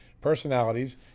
personalities